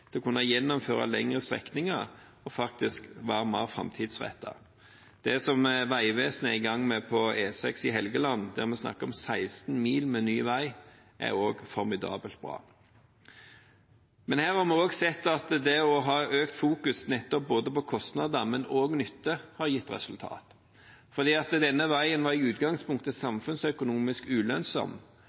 til å kunne gjennomføre lengre strekninger og faktisk være mer framtidsrettet. Det som Vegvesenet er i gang med på E6 i Helgeland, der vi snakker om 16 mil med ny vei, er også formidabelt bra. Her har vi også sett at det å fokusere mer på nettopp kostnader, men også på nytte, har gitt resultater, for denne veien var i utgangspunktet samfunnsøkonomisk ulønnsom.